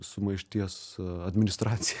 sumaišties administraciją